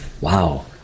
Wow